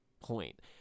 point